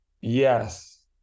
yes